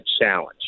challenge